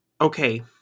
okay